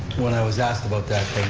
when i was asked about that